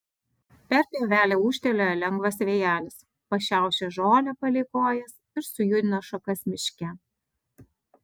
per pievelę ūžtelėjo lengvas vėjelis pašiaušė žolę palei kojas ir sujudino šakas miške